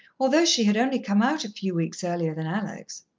although she had only come out a few weeks earlier than alex!